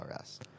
RS